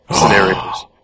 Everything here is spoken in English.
scenarios